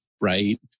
Right